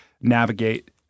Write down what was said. navigate